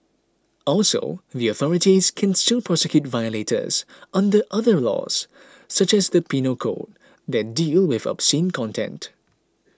also the authorities can still prosecute violators under other laws such as the Penal Code that deal with obscene content